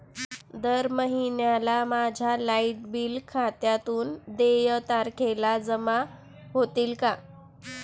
दर महिन्याला माझ्या लाइट बिल खात्यातून देय तारखेला जमा होतील का?